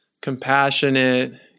compassionate